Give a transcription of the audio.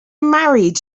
married